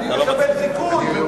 אני מקבל זיכוי.